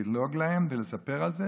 ללעוג להם ולספר לכם.